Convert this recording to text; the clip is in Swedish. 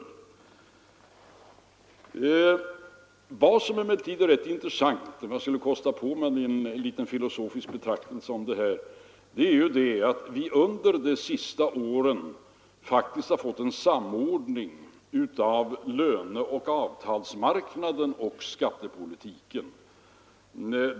Något som emellertid är rätt intressant — om jag skulle kosta på mig en liten filosofisk betraktelse om detta — är att vi under de senaste åren faktiskt har fått en samordning av löneoch avtalsmarknaden och skattepolitiken.